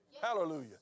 Hallelujah